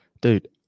Dude